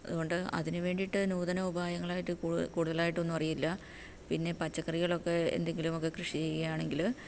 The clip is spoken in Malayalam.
അത്കൊണ്ട് അതിനുവേണ്ടിയിട്ട് നൂതന ഉപായങ്ങളായിട്ട് കൂടുതലായിട്ടൊന്നും അറിയില്ല പിന്നെ പച്ചക്കറികളൊക്കെ എന്തെങ്കിലുമൊക്കെ കൃഷി ചെയ്യുകയാണെങ്കിൽ